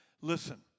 Listen